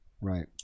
Right